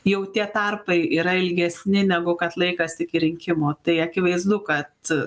jau tie tarpai yra ilgesni negu kad laikas iki rinkimų tai akivaizdu kad